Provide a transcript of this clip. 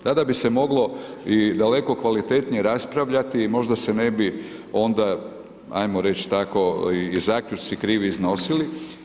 Tada bi se moglo i daleko kvalitetnije raspravljati i možda se ne bi onda, ajmo reć tako, i zaključci krivi iznosili.